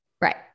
Right